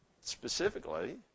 specifically